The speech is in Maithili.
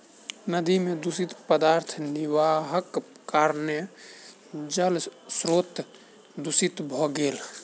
नदी में दूषित पदार्थ निर्वाहक कारणेँ जल स्त्रोत दूषित भ गेल